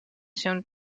się